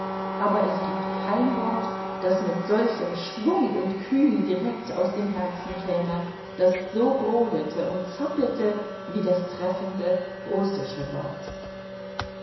aber es gibt kein wort das mit solchem schwung und kühn direkt aus dem herzen käme das so brodelte und zappelte wie das treffende russische wort